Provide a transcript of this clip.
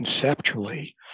conceptually